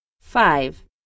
five